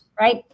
right